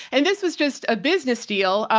and this was just a business deal, ah,